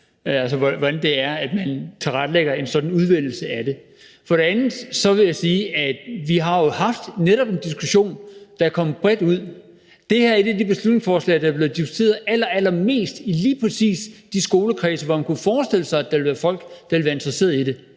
altså hvordan man tilrettelægger en sådan udvælgelse af det. For det andet vil jeg sige, at vi jo netop har haft en diskussion, der er kommet bredt ud. Det her er et af de beslutningsforslag, der er blevet diskuteret allerallermest i lige præcis de skolekredse, hvor man kunne forestille sig, at der ville være folk, der ville være interesseret i det,